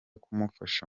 kumufasha